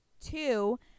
Two